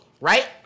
right